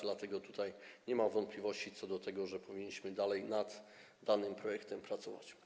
Dlatego tutaj nie ma wątpliwości co do tego, że powinniśmy dalej nad tym projektem pracować.